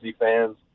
fans